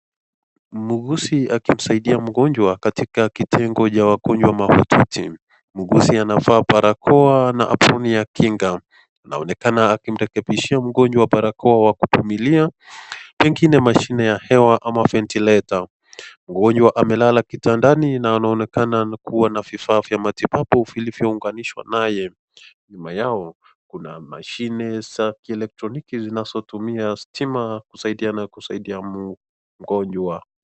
Muuguzi akimsaidia mgonjwa katika kitengo wagonjwa mahututi. Muuguzi anavaa barakoa na [aprone] ya kinga. Anaonekana akimrekebishia mgonjwa barakoa kwa kuvumilia pengine mashini ya hewa au [Ventilator].Mgonjwa amelala kitandani na anaonekana kua na vifaa vya matibabu vilivyo onganishwa naye. Nyuma yao kuna mashini za kielektroniki zinazotumia stima kusaidia na kusaidia mgonjwa.